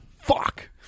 Fuck